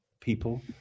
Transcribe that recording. people